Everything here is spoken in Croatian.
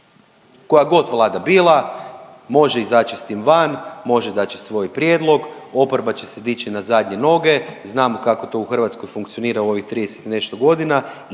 koja god Vlada bila može izaći s tim van, može znači svoj prijedlog, oporba će se dići na zadnje noge. Znamo kako to u Hrvatskoj funkcionira u ovih 30 i nešto godina